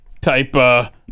type